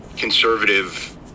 Conservative